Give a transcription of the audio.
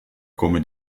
come